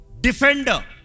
Defender